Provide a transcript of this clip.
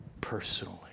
personally